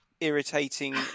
irritating